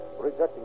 rejecting